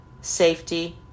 safety